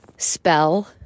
spell